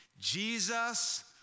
Jesus